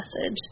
message